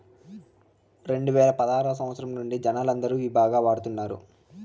రెండువేల పదారవ సంవచ్చరం నుండి జనాలందరూ ఇవి బాగా వాడుతున్నారు